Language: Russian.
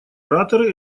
ораторы